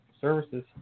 services